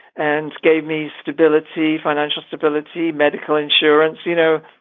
and gave me stability, financial stability, medical insurance you know,